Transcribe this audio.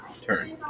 turn